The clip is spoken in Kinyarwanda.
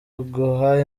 biguha